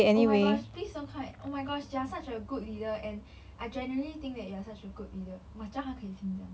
oh my gosh please don't come and oh my gosh you are such a good leader and I genuinely think that you are such a good leader macam 他可以听这样